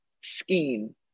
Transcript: scheme